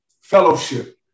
Fellowship